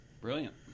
Brilliant